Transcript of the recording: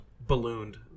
ballooned